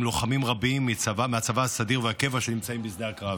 לוחמים רבים מהצבא הסדיר והקבע שנמצאים בשדה הקרב.